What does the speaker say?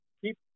keep